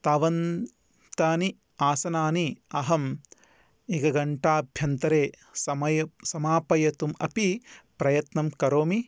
तावन्तानि आसनानि अहम् एकघण्टाभ्यन्तरे समये समापयतुम् अपि प्रयत्नं करोमि